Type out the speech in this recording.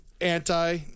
anti